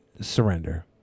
surrender